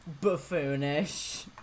Buffoonish